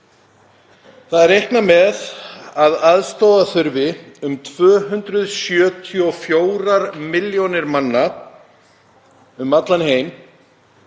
er með að aðstoða þurfi um 274 milljónir manna um allan heim,